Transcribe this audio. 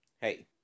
hey